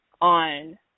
on